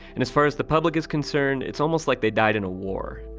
and as far as the public is concerned, it's almost like they died in a war.